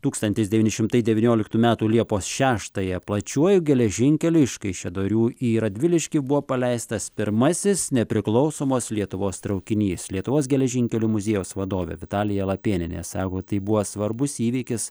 tūkstantis devyni šimtai devynioliktų metų liepos šeštąją plačiuoju geležinkeliu iš kaišiadorių į radviliškį buvo paleistas pirmasis nepriklausomos lietuvos traukinys lietuvos geležinkelių muziejaus vadovė vitalija lapėnienė sako tai buvo svarbus įvykis